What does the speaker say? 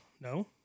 no